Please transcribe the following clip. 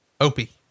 Opie